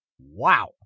Wow